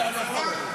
שלוש קריאות?